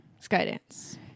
Skydance